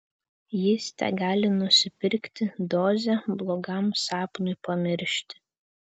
jis tegali nusipirkti dozę blogam sapnui pamiršti